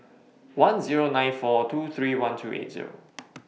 one Zero nine four two three one three Zero